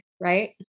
right